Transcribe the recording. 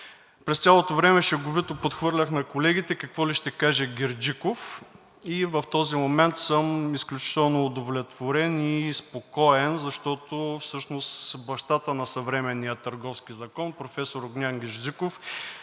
През цялото време шеговито подхвърлях на колегите, какво ли ще каже Герджиков. В този момент съм изключително удовлетворен и спокоен, защото бащата на съвременния Търговски закон професор Огнян Герджиков